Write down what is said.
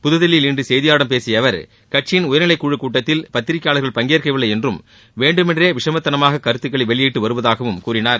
புதுதில்லியில் இன்று செய்தியாளர்களிடம் பேசிய அவர் கட்சியின் உயர்நிலைக்குழுக் கூட்டத்தில் பத்திரிகையாளர்கள் பங்கேற்கவில்லை என்றும் வேண்டுமென்றே விஷமத்தனமாக கருத்துக்களை வெளியிட்டு வருவதாகவும் கூறினார்